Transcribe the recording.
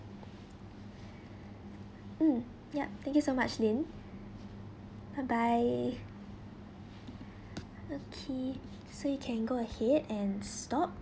mm ya thank you so much lynn bye bye okay so you can go ahead and stop